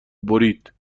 برید